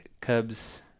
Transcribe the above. Cubs